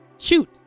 Shoot